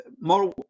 more